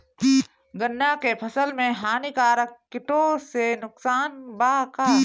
गन्ना के फसल मे हानिकारक किटो से नुकसान बा का?